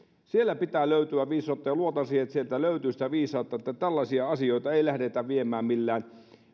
sieltä pitää löytyä viisautta ja luotan siihen että sieltä löytyy sitä viisautta että tällaisia asioita ei lähdetä viemään millään